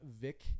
Vic